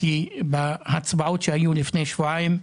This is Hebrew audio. כי בהצבעות שהיו לפני שבועיים,